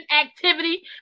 activity